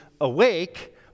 awake